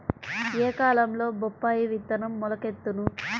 ఏ కాలంలో బొప్పాయి విత్తనం మొలకెత్తును?